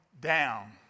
down